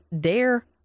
dare